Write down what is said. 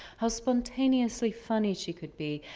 how spontaneously funny she could be,